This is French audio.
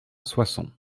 soissons